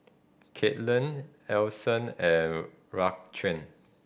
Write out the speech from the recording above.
Kailyn Alyson and Raquan